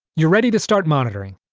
you're ready to start monitoring.